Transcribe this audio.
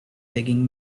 digging